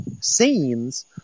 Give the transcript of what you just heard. scenes